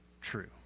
true